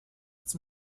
its